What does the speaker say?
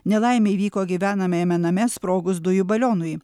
nelaimė įvyko gyvenamajame name sprogus dujų balionui